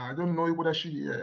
i don't know whether she yeah